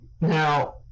now